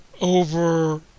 over